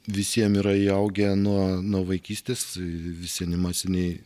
visiem yra įaugę nuo nuo vaikystės visi animaciniai